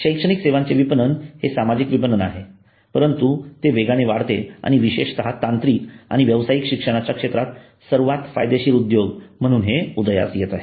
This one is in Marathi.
शैक्षणिक सेवांचे विपणन हे सामाजिक विपणन आहे परंतु ते वेगाने वाढते आणि विशेषतः तांत्रिक आणि व्यावसायिक शिक्षणाच्या क्षेत्रात सर्वात फायदेशीर उद्योग म्हणून हे उदयास येत आहे